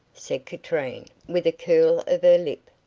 said katrine, with a curl of her lip.